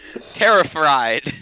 Terrified